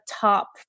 top